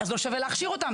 לא שווה להכשיר אותן,